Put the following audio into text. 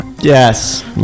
Yes